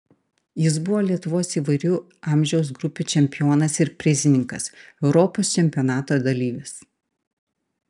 jis buvo lietuvos įvairių amžiaus grupių čempionas ir prizininkas europos čempionato dalyvis